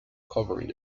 covering